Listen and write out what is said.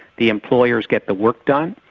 the employers get the work done,